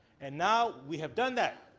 and now we have done that.